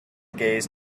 gaze